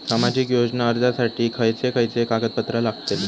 सामाजिक योजना अर्जासाठी खयचे खयचे कागदपत्रा लागतली?